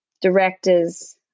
directors